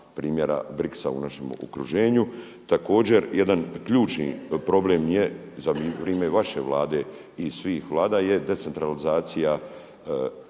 primjera Brixa u našem okruženju. Također jedan ključni problem je za vrijeme vaše Vlade i svih Vlada je decentralizacija